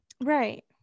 Right